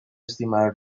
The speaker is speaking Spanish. estimada